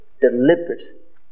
deliberate